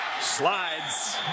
Slides